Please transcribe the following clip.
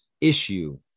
issue